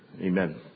Amen